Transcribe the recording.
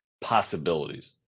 possibilities